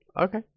okay